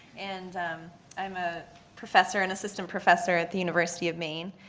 and i am a professor and assistant professor at the university of maine.